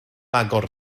agor